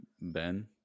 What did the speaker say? Ben